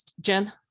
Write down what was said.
Jen